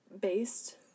based